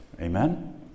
amen